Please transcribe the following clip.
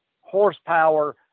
Horsepower